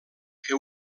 que